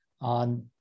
on